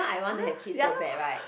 !huh! ya lor